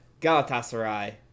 Galatasaray